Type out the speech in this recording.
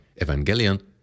Evangelion